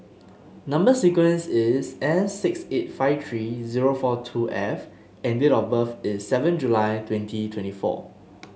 number sequence is S six eight five three zero four two F and date of birth is seven July twenty twenty four